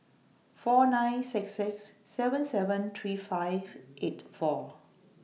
four nine six six seven seven three five eight four